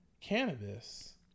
cannabis